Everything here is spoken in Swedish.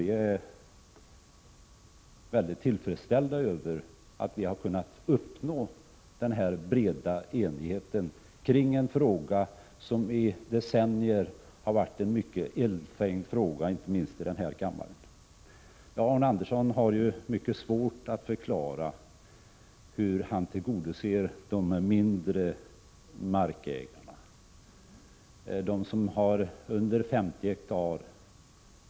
Vi är mycket tillfredsställda över att vi har kunnat uppnå denna breda enighet i en fråga som i decennier har varit mycket eldfängd, inte minst här i kammaren. Arne Andersson har mycket svårt att förklara hur han vill att man skall tillgodose önskemålen från de mindre markägarna, dvs. de vilkas marker är under 50 ha.